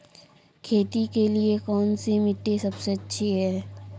खेती के लिए कौन सी मिट्टी सबसे अच्छी है?